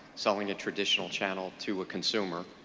selling a traditional channel to a consumer,